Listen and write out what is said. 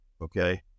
okay